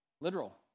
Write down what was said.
Literal